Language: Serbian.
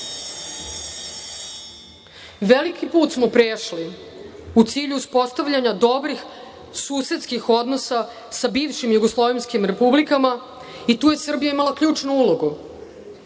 sveta. Veliki put smo prešli u cilju uspostavljanja dobrih susedskih odnosa sa bivšim jugoslovenskim republikama i tu je Srbija imala ključnu ulogu.